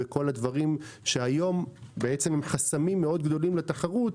כל הדברים שהיום הם חסמים מאוד גדולים לתחרות.